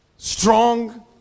Strong